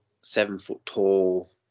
seven-foot-tall